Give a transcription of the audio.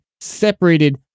separated